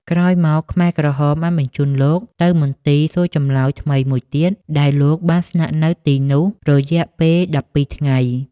ក្រោយមក ខ្មែរក្រហមបានបញ្ជូនលោកទៅមន្ទីរសួរចម្លើយថ្មីមួយទៀត ដែលលោកបានស្នាក់នៅទីនោះរយៈពេល ១២ ថ្ងៃ។